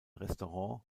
restaurant